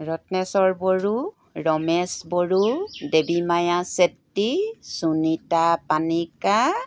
Ratneswar Boro Ramesh Boro Debimaya Chetry Sunita Panika